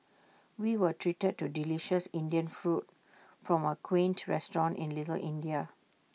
we were treated to delicious Indian food from A quaint restaurant in little India